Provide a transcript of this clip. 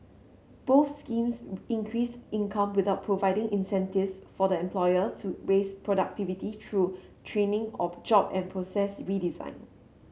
both schemes increased income without providing incentives for the employer to raise productivity through training or job and process redesign